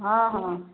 ହଁ ହଁ